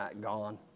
gone